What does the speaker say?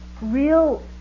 real